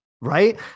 Right